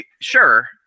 Sure